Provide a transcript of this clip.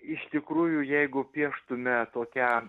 iš tikrųjų jeigu pieštume tokią